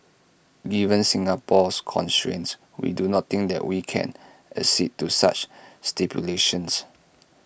given Singapore's constraints we do not think that we can accede to such stipulations